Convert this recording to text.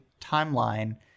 timeline